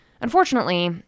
Unfortunately